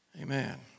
Amen